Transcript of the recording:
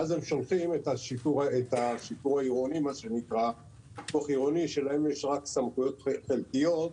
ואז הם שולחים את השיטור העירוני שלהם יש רק סמכויות חלקיות,